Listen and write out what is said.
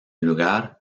lugar